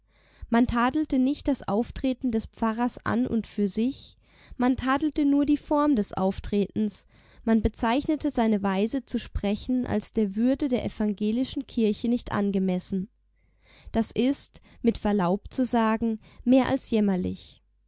man tadelte nicht das auftreten des pfarrers an und für sich man tadelte nur die form des auftretens man bezeichnete seine weise zu sprechen als der würde der evangelischen kirche nicht angemessen das ist mit verlaub zu sagen mehr als jämmerlich